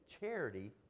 charity